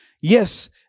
Yes